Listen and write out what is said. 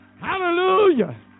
Hallelujah